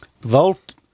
volt